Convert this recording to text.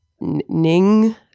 Ning